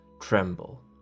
Tremble